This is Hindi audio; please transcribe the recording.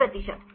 70 प्रतिशत